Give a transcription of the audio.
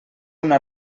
una